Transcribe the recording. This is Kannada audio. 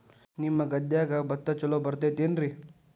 ನಿಮ್ಮ ಗದ್ಯಾಗ ಭತ್ತ ಛಲೋ ಬರ್ತೇತೇನ್ರಿ?